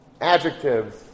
adjectives